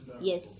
Yes